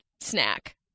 Snack